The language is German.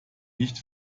nicht